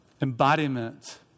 embodiment